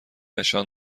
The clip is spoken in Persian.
نشان